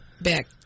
Back